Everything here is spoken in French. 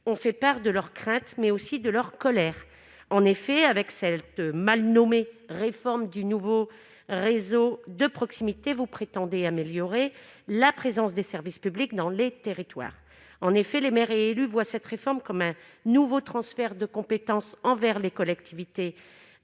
ont fait part de leurs craintes mais aussi de leur colère en effet avec celte mal nommé réforme du nouveau réseau de proximité vous prétendez, améliorer la présence des services publics dans les territoires, en effet, les maires et élus voient cette réforme comme un nouveau transfert de compétences envers les collectivités